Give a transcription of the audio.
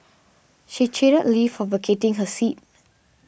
she chided Lee for vacating her seat